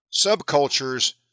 Subcultures